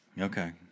Okay